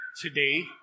today